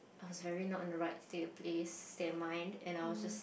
I was very not in a right state of place state of mind and I was just